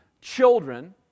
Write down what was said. children